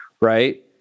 right